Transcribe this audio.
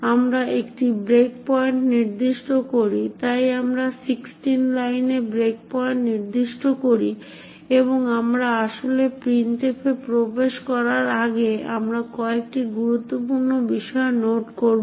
আমরা একটি break point নির্দিষ্ট করি তাই আমরা 16 লাইনে ব্রেক পয়েন্ট নির্দিষ্ট করি এবং আমরা আসলে printf এ প্রবেশ করার আগে আমরা কয়েকটি গুরুত্বপূর্ণ বিষয় নোট করব